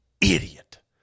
idiot